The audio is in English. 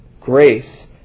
grace